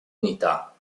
unità